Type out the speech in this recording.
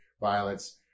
violence